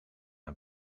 een